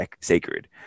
sacred